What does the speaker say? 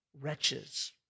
wretches